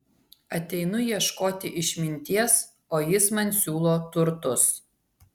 ateinu ieškoti išminties o jis man siūlo turtus